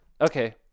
okay